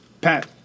Pat